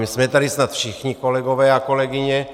Jsme tady snad všichni kolegové a kolegyně.